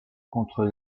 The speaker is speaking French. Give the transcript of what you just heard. contre